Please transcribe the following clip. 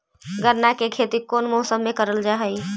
गन्ना के खेती कोउन मौसम मे करल जा हई?